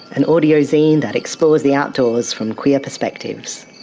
an audio zine that explores the outdoors from queer perspectives.